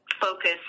focus